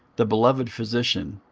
the beloved physician,